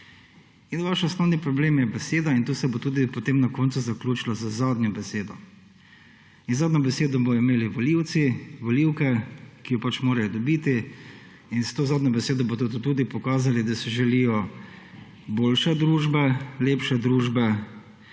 vaš osnovni problem je beseda in to se bo tudi potem na koncu zaključilo z zadnjo besedo. In zadnjo besedo bojo imeli volivci, volivke, ki jo pač morajo dobiti. In s to zadnjo besedo bodo to tudi pokazali, da si želijo boljše družbe, lepše družbe